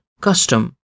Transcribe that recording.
custom